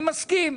אני מסכים,